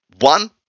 one